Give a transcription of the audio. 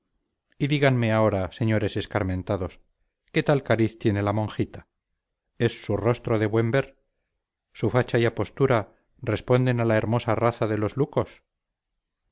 y díganme ahora señores escarmentados qué tal cariz tiene la monjita es su rostro de buen ver su facha y apostura responden a la hermosa raza de los lucos